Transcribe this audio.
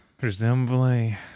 presumably